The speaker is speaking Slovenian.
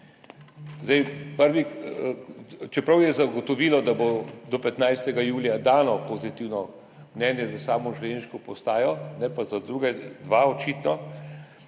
Čeprav je zagotovilo, da bo do 15. julija dano pozitivno mnenje za samo železniško postajo, ne pa za druga dva, očitno,